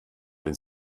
den